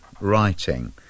writing